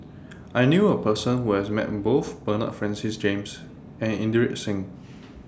I knew A Person Who has Met Both Bernard Francis James and Inderjit Singh